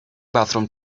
bathroom